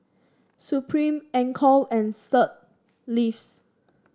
Supreme Anchor and Sir